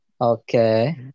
Okay